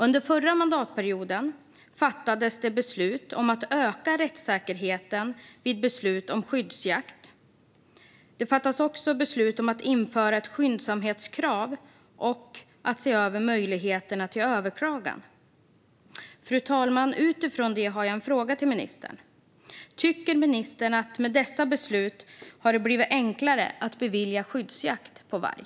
Under förra mandatperioden fattades det beslut om att öka rättssäkerheten vid beslut om skyddsjakt. Det fattades också beslut om att införa ett skyndsamhetskrav och att se över möjligheterna till överklagan. Fru talman! Utifrån detta har jag en fråga till ministern. Tycker ministern att det med dessa beslut har blivit enklare att bevilja skyddsjakt på varg?